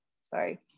sorry